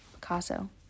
Picasso